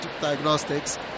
diagnostics